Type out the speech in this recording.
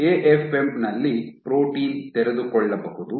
AFM ನಲ್ಲಿ protein ತೆರೆದುಕೊಳ್ಳಬಹುದು